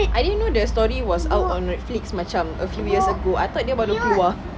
I didn't know the story was out on Netflix macam a few years ago I thought dia baru keluar